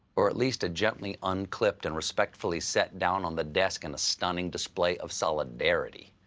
or at least a gently unclipped and respectfully set down on the desk in a stunning display of solidarity.